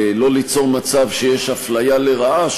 לא ליצור מצב שיש אפליה לרעה,